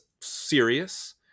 serious